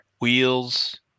Wheels